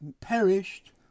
perished